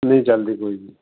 ਨਹੀਂ ਚੱਲਦੀ ਕੋਈ ਵੀ